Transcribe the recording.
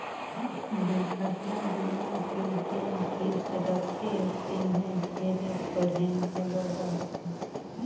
दुरघटना बीमा के जेन किस्त रथे तेम्हे ढेरे थोरहें घलो रहथे